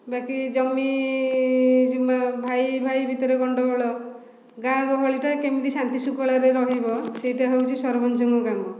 ବାକି ଜମି ଜିମା ଭାଇ ଭାଇ ଭିତରେ ଗଣ୍ଡଗୋଳ ଗାଁ ଗହଳିଟା କେମିତି ଶାନ୍ତି ଶୃଙ୍ଖଳାରେ ରହିବ ସେଇଟା ହେଉଛି ସରପଞ୍ଚଙ୍କ କାମ